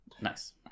nice